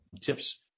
tips